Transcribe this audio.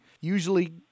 usually